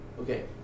Okay